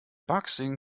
boxing